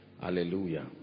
Hallelujah